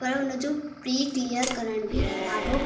पर उनजो pre clear करण बि ॾाढो